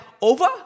over